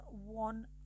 one